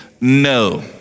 No